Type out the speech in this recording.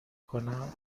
کنم